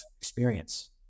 experience